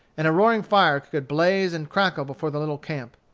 and a roaring fire could blaze and crackle before the little camp.